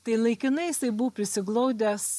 tai laikinai jisai buvo prisiglaudęs